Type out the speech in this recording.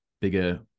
bigger